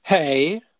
Hey